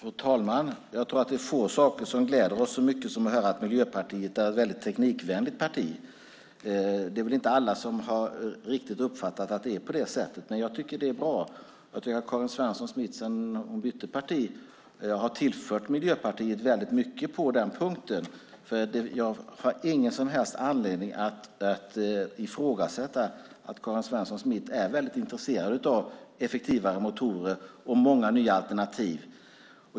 Fru talman! Jag tror att det är få saker som gläder oss så mycket som att höra att Miljöpartiet är ett väldigt teknikvänligt parti. Det är väl inte alla som riktigt har uppfattat att det är på det sättet, men jag tycker att det är bra. Jag tycker att Karin Svensson Smith har tillfört Miljöpartiet väldigt mycket på den punkten sedan hon bytte parti. Jag har ingen som helst anledning att ifrågasätta att Karin Svensson Smith är väldigt intresserad av effektivare motorer och många nya alternativ.